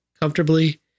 comfortably